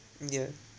mm yeah